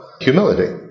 humility